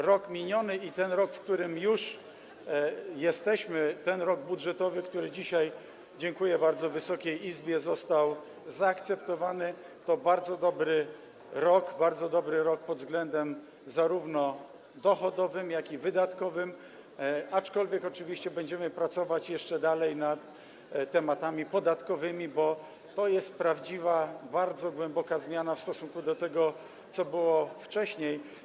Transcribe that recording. Rok miniony i ten rok, w którym już jesteśmy, ten rok budżetowy, który dzisiaj - dziękuję bardzo Wysokiej Izbie - został zaakceptowany, to bardzo dobry rok, zarówno pod względem dochodowym, jak i wydatkowym, aczkolwiek oczywiście będziemy pracować dalej nad tematami podatkowymi, bo to jest prawdziwa, bardzo głęboka zmiana w stosunku do tego, co było wcześniej.